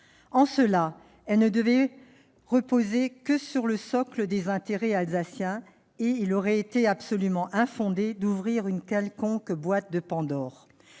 En cela, elle ne devait reposer que sur le socle des intérêts alsaciens et il aurait été absolument infondé d'ouvrir une quelconque boîte de Pandore.